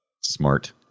Smart